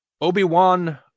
Obi-Wan